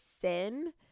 sin